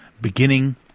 Beginning